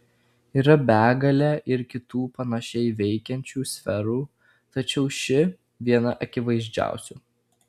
yra begalė ir kitų panašiai veikiančių sferų tačiau ši viena akivaizdžiausių